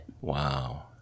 Wow